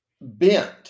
bent